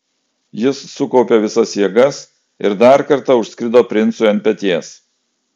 jis sukaupė visas jėgas ir dar kartą užskrido princui ant peties